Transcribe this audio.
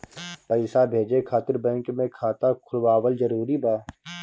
पईसा भेजे खातिर बैंक मे खाता खुलवाअल जरूरी बा?